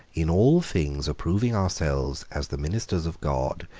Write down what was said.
in all things approving ourselves as the ministers of god,